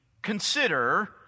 Consider